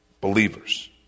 believers